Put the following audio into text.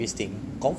mmhmm